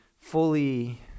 fully